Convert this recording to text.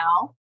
now